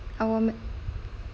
our mem~